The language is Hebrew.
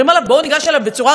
בואו ניגש אליו בצורה רצינית,